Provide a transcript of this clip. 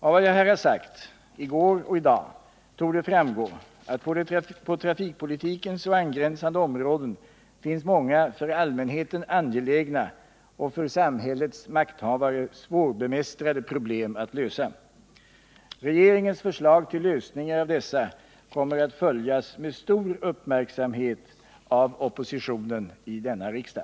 Av vad jag här har sagt — i går och i dag — torde framgå att på trafikpolitikens och angränsande områden finns många för allmänheten angelägna och för samhällets makthavare svårbemästrade problem att lösa. Regeringens förslag till lösningar av dessa kommer att följas med stor uppmärksamhet av oppositionen i denna riksdag.